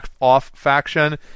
off-faction